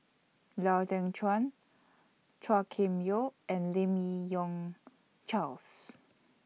Lau Teng Chuan Chua Kim Yeow and Lim Yi Yong Charles